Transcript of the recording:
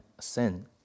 sin